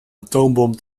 atoombom